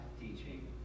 teaching